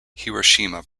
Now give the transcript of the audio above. hiroshima